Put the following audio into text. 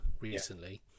recently